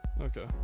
Okay